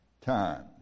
time